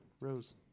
rose